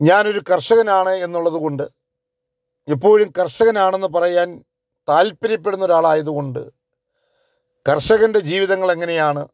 ഞാനൊരു കര്ഷകനാണ് എന്നുള്ളത് കൊണ്ട് എപ്പോഴും കര്ഷകനാണെന്ന് പറയാന് താല്പ്പര്യപ്പെടുന്നൊരാളായതുകൊണ്ട് കര്ഷകന്റെ ജീവിതങ്ങളെങ്ങനെയാണ്